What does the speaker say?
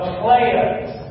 players